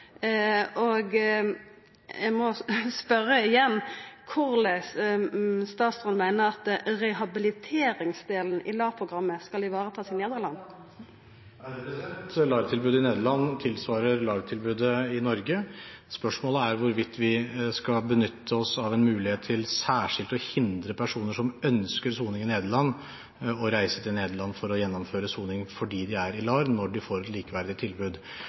må spørja igjen: Korleis meiner statsråden at rehabiliteringsdelen i LAR-programmet skal varetakast i Nederland? LAR-tibudet i Nederland tilsvarer LAR-tilbudet i Norge. Spørsmålet er hvorvidt vi skal benytte oss av en mulighet til særskilt å hindre personer som ønsker soning i Nederland, å reise til Nederland for å gjennomføre soning fordi de er i LAR, når de får et likeverdig tilbud.